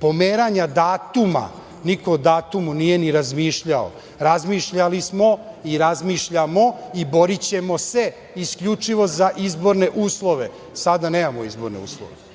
pomeranja datuma. Niko o datumu nije ni razmišljao. Razmišljali smo i razmišljamo i borićemo se isključivo za izborne uslove. Sada nemamo izborne uslove. Ko